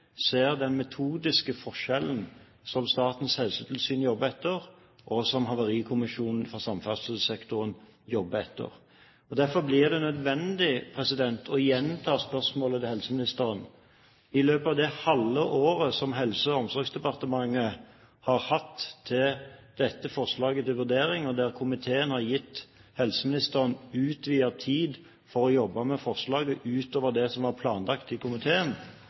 ser den metodiske forskjellen som Statens helsetilsyn jobber etter, og som Statens havarikommisjon for transport jobber etter. Derfor blir det nødvendig å gjenta spørsmålet til helseministeren. I løpet av det halve året som Helse- og omsorgsdepartementet har hatt dette forslaget til vurdering – og komiteen har gitt helseministeren utvidet tid for å jobbe med forslaget utover det som var planlagt i komiteen